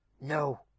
No